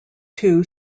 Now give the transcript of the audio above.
two